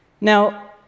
Now